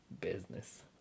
business